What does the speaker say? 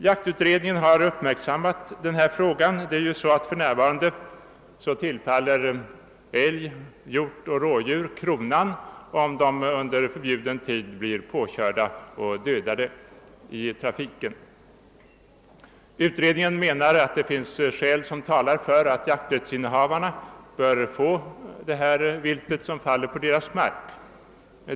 Jaktutredningen har uppmärksammat denna fråga. För närvarande tillfaller älg, hjort och rådjur kronan om de under förbjuden tid blir påkörda och dödade i trafiken. Utredningen anser att det finns skäl som talar för att jakträttsinnehavarna bör få det vilt som faller på deras mark.